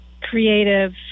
creative